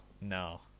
no